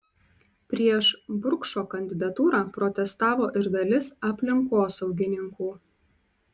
prieš burkšo kandidatūrą protestavo ir dalis aplinkosaugininkų